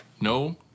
No